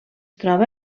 troba